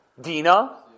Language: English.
Dina